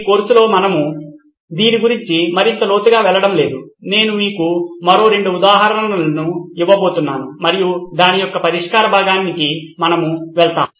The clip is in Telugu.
ఈ కోర్సులో మనము దీని గురించి మరింత లోతుగా వెళ్ళడం లేదు నేను మీకు మరో రెండు ఉదాహరణలు ఇవ్వబోతున్నాను మరియు దాని యొక్క పరిష్కార భాగానికి మనము వెళ్తాము